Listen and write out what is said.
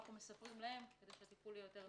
אנחנו מספרים להם, כדי שהטיפול יהיה יותר יעיל.